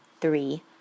three